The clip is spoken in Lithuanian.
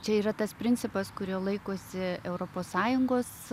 čia yra tas principas kurio laikosi europos sąjungos